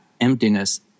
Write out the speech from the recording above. emptiness